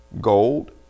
gold